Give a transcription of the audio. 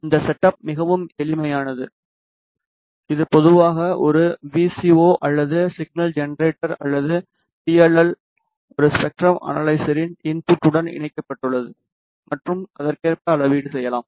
இந்த செட்டப் மிகவும் எளிமையானது இது பொதுவாக ஒரு வி சி ஓ அல்லது சிக்னல் ஜெனரேட்டர் அல்லது பி எல் எல் ஒரு ஸ்பெக்ட்ரம் அனலைசரின் இன்புட்டுடன் இணைக்கப்பட்டுள்ளது மற்றும் அதற்கேற்ப அளவீடு செய்யலாம்